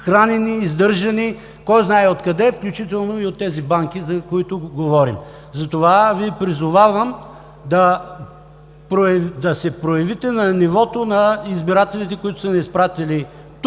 хранени, издържани кой знае от къде, включително и от тези банки, за които говорим. Затова Ви призовавам да се проявите на нивото на избирателите, които са ни изпратили тук